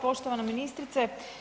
Poštovana ministrice.